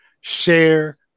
share